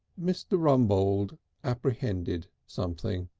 mr. rumbold apprehended something.